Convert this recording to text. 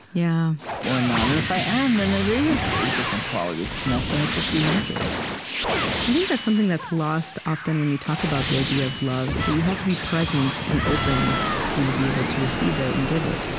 yeah or not? and if i am, then it is a different quality of connection that just emerges i think that's something that's lost, often, when you talk about the idea of love, is that you have to be present and open to be able to receive it and give it